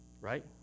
right